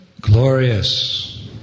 Glorious